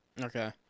Okay